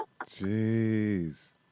Jeez